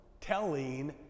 telling